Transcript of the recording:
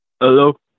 Hello